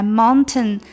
mountain